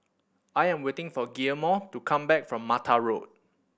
I am waiting for Guillermo to come back from Mata Road